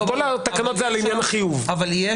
כל התקנות זה על עניין החיוב.